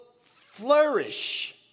flourish